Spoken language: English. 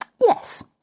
yes